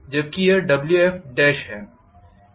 जबकि यह Wf है